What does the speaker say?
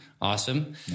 Awesome